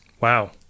Wow